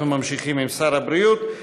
אנחנו ממשיכים עם שר הבריאות,